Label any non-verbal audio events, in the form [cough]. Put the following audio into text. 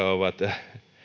[unintelligible] ovat